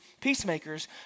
peacemakers